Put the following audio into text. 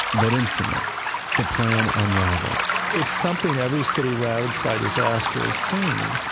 but instantly the plan unraveled it's something every city ravaged by disaster has seen.